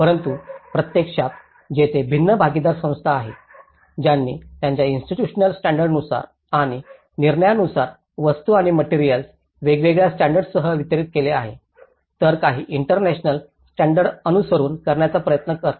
परंतु प्रत्यक्षात तेथे भिन्न भागीदार संस्था आहेत ज्यांनी त्यांच्या इन्स्टिट्यूशनल स्टॅंडर्डनुसार आणि निर्णयानुसार वस्तू आणि मटेरिअल्स वेगवेगळ्या स्टॅंडर्डसह वितरित केले आहे तर काही इंटरनॅशनल स्टॅंडर्डचे अनुसरण करण्याचा प्रयत्न करतात